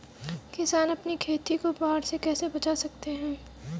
किसान अपनी खेती को बाढ़ से कैसे बचा सकते हैं?